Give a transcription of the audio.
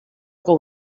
com